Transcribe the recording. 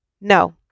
No